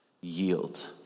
yield